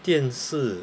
电视